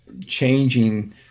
changing